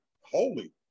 Holy